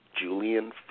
Julian